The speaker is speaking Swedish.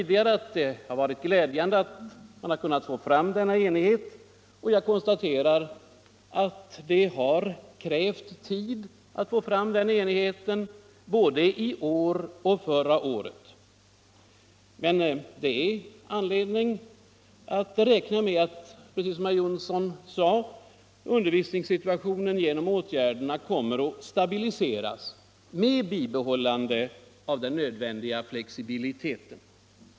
Det är glädjande att man kunnat nå enighet härom, även om det har krävt tid — både förra året och nu. Som herr Jonsson i Alingsås sade finns det anledning att räkna med att undervisningssituationen genom dessa åtgärder kommer att stabiliseras — med bibehållande av den nödvändiga flexibiliteten.